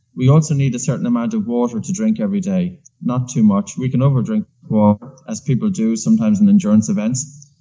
we also need a certain amount of water to drink every day not too much. we can over drink water, as people do sometimes in endurance events.